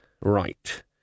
right